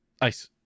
ice